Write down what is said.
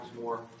more